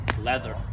leather